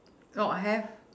oh I have